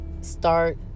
start